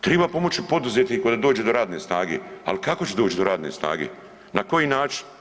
Triba pomoći poduzetniku da dođe do radne snage, ali kako će doći do radne snage, na koji način?